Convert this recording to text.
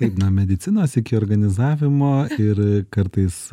nuo medicinos iki organizavimo ir ee kartais